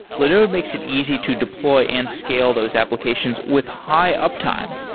linode makes it easy to deploy and scale those applications with high-uptime.